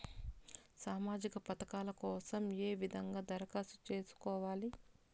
సామాజిక పథకాల కోసం ఏ విధంగా దరఖాస్తు సేసుకోవాలి